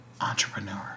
entrepreneur